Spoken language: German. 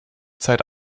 zeit